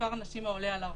מספר אנשים העולה על ארבעה.